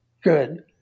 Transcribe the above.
good